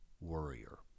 worrier